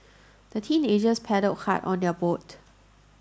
the teenagers paddled hard on their boat